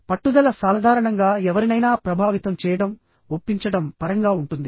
పట్టుదల సాధారణంగా ఎవరినైనా ప్రభావితం చేయడంఒప్పించడం పరంగా ఉంటుంది